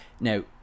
now